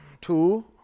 Two